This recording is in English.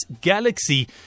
Galaxy